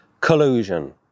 collusion